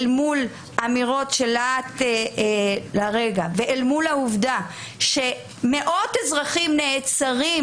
אל מול אמירות של להט הרגע ואל מול העובדה שמאות אזרחים נעצרים